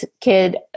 kid